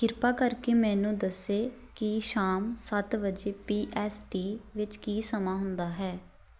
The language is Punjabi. ਕਿਰਪਾ ਕਰ ਕੇ ਮੈਨੂੰ ਦੱਸੇ ਕੀ ਸ਼ਾਮ ਸੱਤ ਵਜੇ ਪੀ ਐੱਸ ਟੀ ਵਿੱਚ ਕੀ ਸਮਾਂ ਹੁੰਦਾ ਹੈ